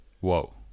Whoa